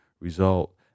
result